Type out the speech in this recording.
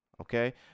okay